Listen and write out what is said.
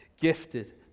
gifted